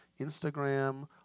Instagram